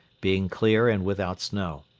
being clear and without snow.